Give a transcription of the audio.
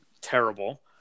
terrible –